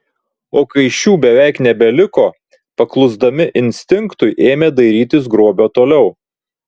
o kai šių beveik nebeliko paklusdami instinktui ėmė dairytis grobio toliau